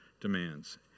demands